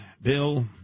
Bill